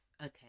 Okay